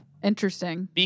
Interesting